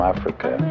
Africa